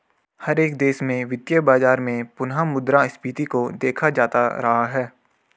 हर एक देश के वित्तीय बाजार में पुनः मुद्रा स्फीती को देखा जाता रहा है